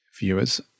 viewers